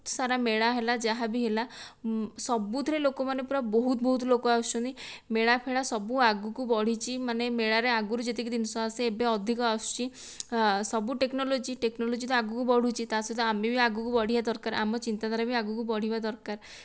ସାରା ମେଳା ହେଲା ଯାହାବି ହେଲା ସବୁଥିରେ ଲୋକମାନେ ପୂରା ବହୁତ ବହୁତ ଲୋକ ଆସୁଛନ୍ତି ମେଳାଫେଳା ସବୁ ଆଗକୁ ବଢ଼ିଛି ମାନେ ମେଳାରେ ଆଗରୁ ଯେତିକି ଜିନିଷ ଆସେ ଏବେ ଅଧିକ ଆସୁଛି ସବୁ ଟେକ୍ନୋଲୋଜି ଟେକ୍ନୋଲୋଜି ତ ଆଗକୁ ବଢୁଛି ତା' ସହିତ ଆମେ ବି ଆଗକୁ ବଢ଼ିବା ଦରକାର ଆମ ଚିନ୍ତାଧାରା ବି ଆଗକୁ ବଢ଼ିବା ଦରକାର